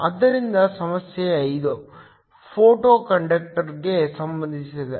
ಆದ್ದರಿಂದ ಸಮಸ್ಯೆ 5 ಫೋಟೋ ಕಂಡಕ್ಟರ್ಗೆ ಸಂಬಂಧಿಸಿದೆ